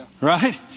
Right